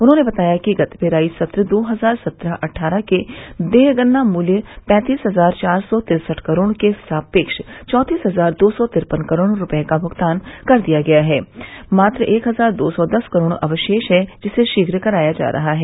उन्होंने बताया कि गत पेराई सत्र दो हजार सत्रह अट्ठारह के देय गन्ना मूल्य पैंतीस हजार चार सौ तिरसठ करोड़ के सापेक्ष चौंतीस हजार दो सौ तिरपन करोड़ रूपये का भुगतान कर दिया गया है मात्र एक हजार दो सौ दस करोड़ अवशेष है जिसे शीघ्र कराया जा रहा है